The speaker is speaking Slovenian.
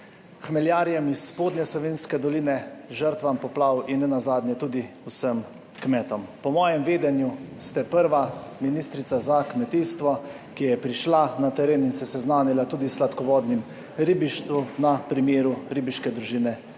hmeljarjem iz Spodnje Savinjske doline, žrtvam poplav in nenazadnje tudi vsem kmetom. Po mojem vedenju ste prva ministrica za kmetijstvo, ki je prišla na teren in se seznanila tudi s sladkovodnim ribištvom na primeru Ribiške družine